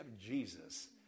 Jesus